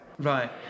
Right